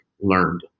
learned